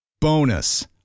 Bonus